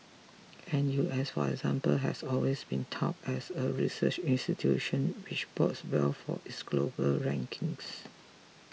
N U S for example has always been touted as a research institution which bodes well for its global rankings